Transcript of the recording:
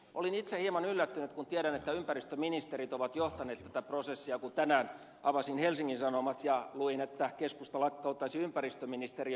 olin itse hieman yllättynyt kun tiedän että ympäristöministerit ovat johtaneet tätä prosessia kun tänään avasin helsingin sanomat ja luin että keskusta lakkauttaisi ympäristöministeriön